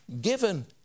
given